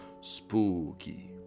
Spooky